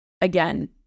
again